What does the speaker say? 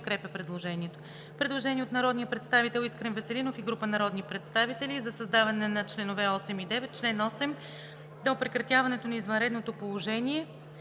подкрепя предложението.